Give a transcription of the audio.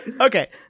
Okay